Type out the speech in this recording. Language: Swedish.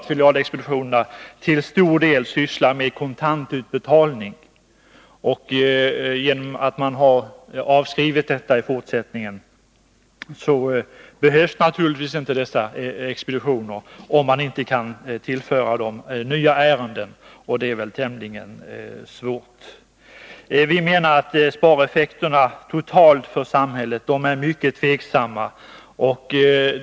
Filialexpeditionerna sysslar ju till stor del med kontantutbetalningar, och genom att man har avskrivit det systemet behövs naturligtvis inte dessa expeditioner, om man inte kan tillföra dem nya ärenden, och det torde vara tämligen svårt. Vi menar att spareffekterna för samhället totalt sett är mycket tvivelaktiga.